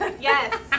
Yes